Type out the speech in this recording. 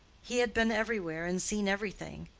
he had been everywhere, and seen everything.